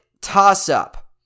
toss-up